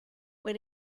when